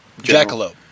Jackalope